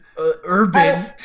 urban